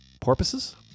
porpoises